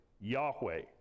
Yahweh